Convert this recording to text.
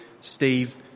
Steve